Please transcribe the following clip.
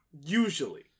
Usually